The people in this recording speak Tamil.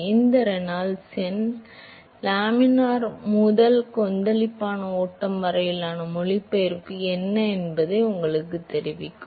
எனவே இந்த ரெனால்ட்ஸ் எண் லேமினார் முதல் கொந்தளிப்பான ஓட்டம் வரையிலான மொழிபெயர்ப்பு என்ன என்பதை உங்களுக்குத் தெரிவிக்கும்